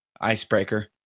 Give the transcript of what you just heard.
Icebreaker